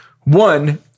One